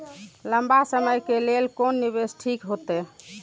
लंबा समय के लेल कोन निवेश ठीक होते?